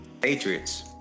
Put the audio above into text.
Patriots